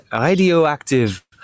radioactive